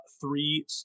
three